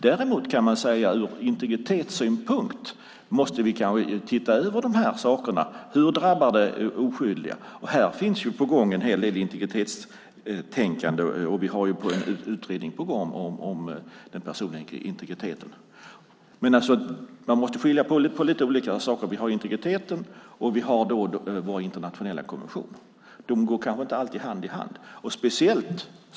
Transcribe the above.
Däremot kan man säga att vi ur integritetssynpunkt måste se över hur detta kan drabba de oskyldiga. Här finns en hel del integritetstänkande på gång, och vi har också en utredning på gång om den personliga integriteten. Man måste skilja på olika saker. Vi har integriteten och internationella konventioner. De går kanske inte alltid hand i hand.